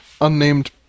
unnamed